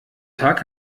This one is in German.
tag